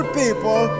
people